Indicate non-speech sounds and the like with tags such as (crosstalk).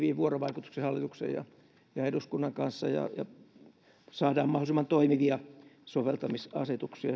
tiiviin vuorovaikutuksen hallituksen ja ja eduskunnan kesken ja saadaan mahdollisimman toimivia soveltamisasetuksia (unintelligible)